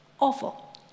awful